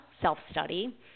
self-study